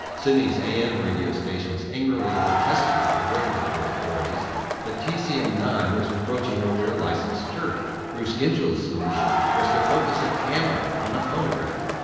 sydney's am radio stations angrily protested to the regulatory authorities that tcn nine was encroaching on their licensed turf. bruce gyngell's solution was to focus a camera on a phonograph.